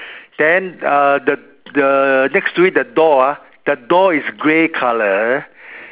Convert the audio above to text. then uh the the next to it the door ah the door is grey colour